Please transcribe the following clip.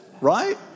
right